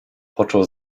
począł